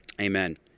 Amen